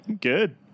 Good